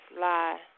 lie